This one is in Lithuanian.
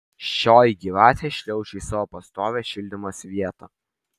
šioji gyvatė šliaužė į savo pastovią šildymosi vietą